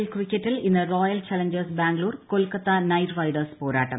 L ക്രിക്കറ്റിൽ ഇന്ന് Royal Challengers Bangalore Kolkata Knight Riders പോരാട്ടം